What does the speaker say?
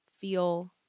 feel